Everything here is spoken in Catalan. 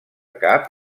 cap